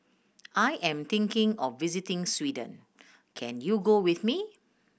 I am thinking of visiting Sweden can you go with me